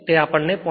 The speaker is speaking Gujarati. પરંતુ આપણને 0